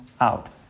out